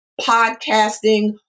podcasting